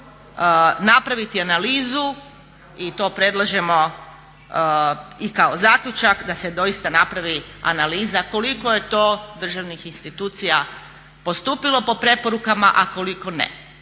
napraviti analizu i to predlažemo i kako zaključak da se doista napravi analiza koliko je to državnih institucija postupilo po preporukama, a koliko ne